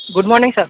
good morning sir